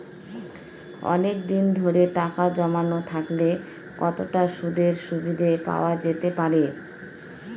অনেকদিন ধরে টাকা জমানো থাকলে কতটা সুদের সুবিধে পাওয়া যেতে পারে?